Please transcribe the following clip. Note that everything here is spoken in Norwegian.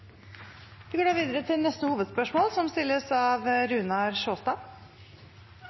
Vi går til neste hovedspørsmål.